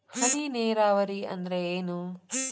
ಹನಿ ನೇರಾವರಿ ಅಂದ್ರ ಏನ್?